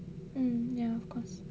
mm ya of course